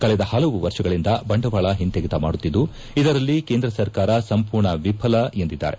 ಕಳೆದ ಪಲವು ವರ್ಷಗಳಿಂದ ಬಂಡವಾಳ ಹಿಂತೆಗೆತ ಮಾಡುತ್ತಿದ್ದು ಇದರಲ್ಲಿ ಕೇಂದ್ರ ಸರ್ಕಾರ ಸಂಪೂರ್ಣ ವಿಫಲವಾಗಿದೆ ಎಂದಿದ್ದಾರೆ